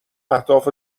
اهداف